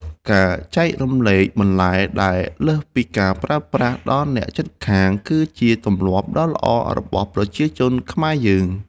ការចែករំលែកបន្លែដែលលើសពីការប្រើប្រាស់ដល់អ្នកជិតខាងគឺជាទម្លាប់ដ៏ល្អរបស់ប្រជាជនខ្មែរយើង។